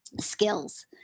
skills